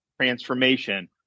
transformation